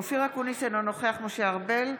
אינו נוכח אופיר אקוניס, אינו נוכח משה ארבל,